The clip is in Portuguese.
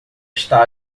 está